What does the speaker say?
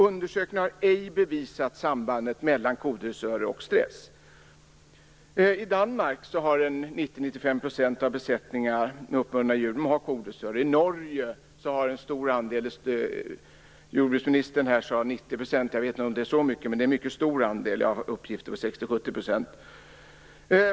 Undersökningen har ej bevisat sambandet mellan kodressörer och stress. I Danmark har 90-95 % av besättningarna med uppbundna djur kodressörer. I Norge är också andelen stor. Jordbruksministern sade 90 %. Jag vet inte om det stämmer, men det är en mycket stor andel. Jag har uppgifter på 60-70 %.